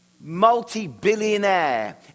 multi-billionaire